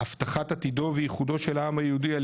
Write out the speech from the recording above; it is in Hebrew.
הבטחת עתידו ויחודו של העם היהודי על